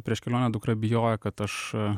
prieš kelionę dukra bijojo kad aš